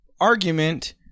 Argument